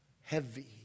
heavy